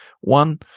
One